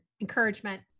encouragement